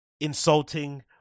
insulting